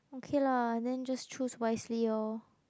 okay lah then just choose wisely lor